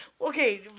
Okay